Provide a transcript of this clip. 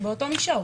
אנחנו באותו מישור.